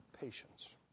patience